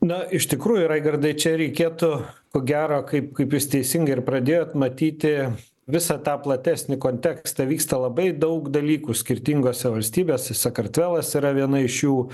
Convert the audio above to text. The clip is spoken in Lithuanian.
na iš tikrųjų raigardai čia reikėtų ko gero kaip kaip jūs teisingai ir pradėjot matyti visą tą platesnį kontekstą vyksta labai daug dalykų skirtingose valstybėse sakartvelas yra viena iš jų